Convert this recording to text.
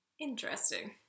interesting